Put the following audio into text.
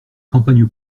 campagne